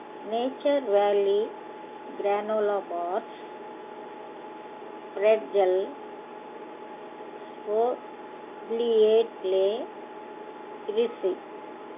nature Valley granola bars bread gel స్పో little iris